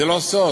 זה לא סוד,